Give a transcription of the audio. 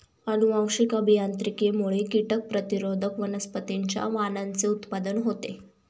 अनुवांशिक अभियांत्रिकीमुळे कीटक प्रतिरोधक वनस्पतींच्या वाणांचे उत्पादन होते